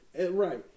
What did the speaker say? Right